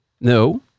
No